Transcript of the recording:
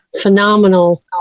phenomenal